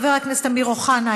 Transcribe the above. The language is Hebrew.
חבר הכנסת אמיר אוחנה,